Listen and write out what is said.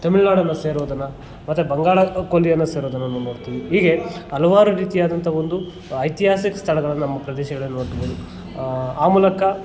ತಮಿಳುನಾಡನ್ನು ಸೇರುವುದನ್ನು ಮತ್ತೆ ಬಂಗಾಳ ಕೊಲ್ಲಿಯನ್ನು ಸೇರುವುದನ್ನು ನಾವು ನೋಡ್ತೀವಿ ಹೀಗೆ ಹಲವಾರು ರೀತಿಯಾದಂತಹ ಒಂದು ಐತಿಹಾಸಿಕ ಸ್ಥಳಗಳನ್ನು ನಮ್ಮ ಪ್ರದೇಶಗಳಲ್ಲಿ ನೋಡ್ಬೋದು ಆ ಮೂಲಕ